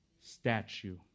statue